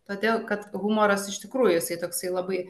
todėl kad humoras iš tikrųjų jisai toksai labai